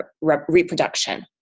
reproduction